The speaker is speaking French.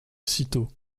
cîteaux